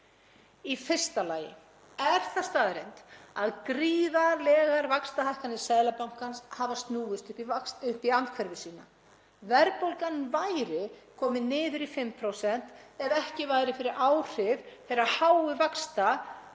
Í fyrsta lagi er það staðreynd að gríðarlegar vaxtahækkanir Seðlabankans hafa snúist upp í andhverfu sína. Verðbólgan væri komin niður í 5% ef ekki væri fyrir áhrif þeirra háu vaxta